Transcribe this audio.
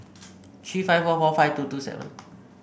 three five four four five two two seven